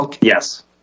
Yes